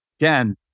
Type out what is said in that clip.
again